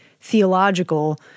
theological